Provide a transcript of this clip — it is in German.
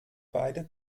beide